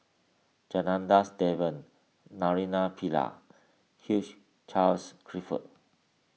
Janadas Devan Naraina Pillai Hugh Charles Clifford